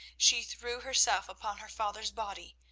she threw herself upon her father's body,